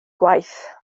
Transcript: gwaith